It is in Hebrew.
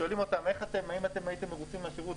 שואלים אותם: האם הייתם מרוצים מהשירות?